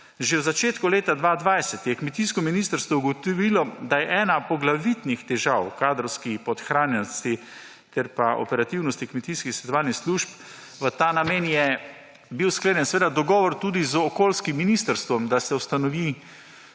Že v začetku leta 2020 je kmetijsko ministrstvo ugotovilo, da je ena poglavitnih težav v kadrovski podhranjenosti ter operativnosti kmetijskih svetovalnih služb. V ta namen je bil sklenjen dogovor tudi z okoljskim ministrstvom, da se ustanovi